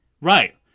Right